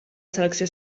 selecció